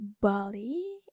Bali